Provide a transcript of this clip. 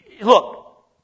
look